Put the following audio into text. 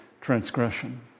transgression